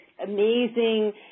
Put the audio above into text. amazing